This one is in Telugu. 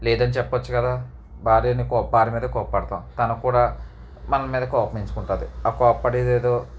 లేదని చెప్పచ్చు కదా భార్యని భార్య మీద కోప్పడతాం తనకి కూడా మన మీద కోపగించుకుంటుంది ఆ కోప్పడేదేదో